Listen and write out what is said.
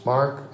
Mark